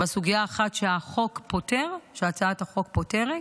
סוגיה אחת שהצעת החוק פותרת